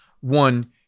One